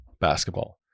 basketball